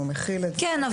והוא --- כן.